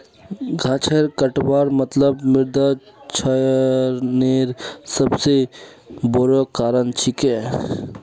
गाछेर कटवार मतलब मृदा क्षरनेर सबस बोरो कारण छिके